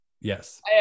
Yes